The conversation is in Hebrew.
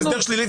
הסדר שלילי,